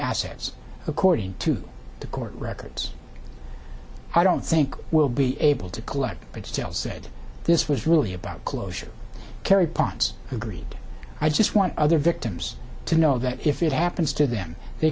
assets according to the court records i don't think we'll be able to collect but still said this was really about closure carry ponce who agreed i just want other victims to know that if it happens to them they